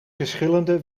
verschillende